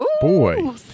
Boy